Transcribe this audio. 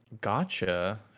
Gotcha